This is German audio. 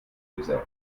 gesät